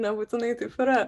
nebūtinai taip yra